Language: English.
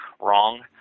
wrong